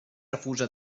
refusa